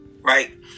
right